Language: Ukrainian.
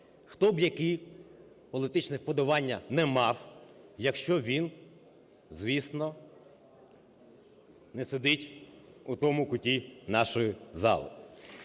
хто б які політичні вподобання не мав, якщо він, звісно, не сидить в тому куті нашої зали.